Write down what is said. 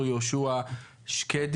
בסעיף 4 - לא להשאיר את סיוע המומחים לשיקול